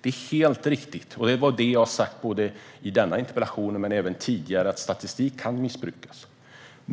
Det är helt riktigt att statistik kan missbrukas, vilket jag har sagt i både denna interpellationsdebatt och tidigare. Jag vill dock ge en signal.